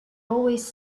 always